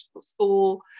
school